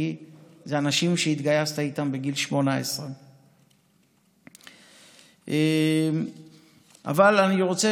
כי אלה אנשים שהתגייסת איתם בגיל 18. אבל אני רוצה